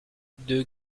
deux